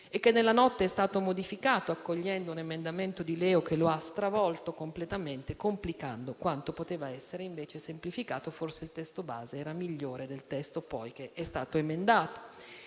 e che nella notte è stato modificato, accogliendo un emendamento di Liberi e Uguali che lo ha stravolto completamente, complicando quanto poteva essere invece semplificato - forse il testo base era migliore del testo emendato